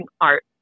art